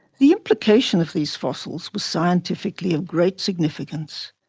the implication of these fossils was scientifically of great significance.